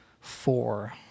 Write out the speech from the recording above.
four